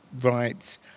rights